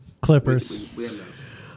Clippers